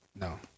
No